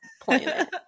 planet